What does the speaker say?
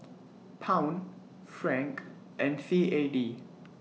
Pound Franc and C A D